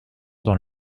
dans